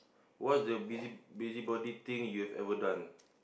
what's the busy busybody thing you ever done